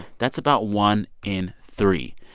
that's about one in three.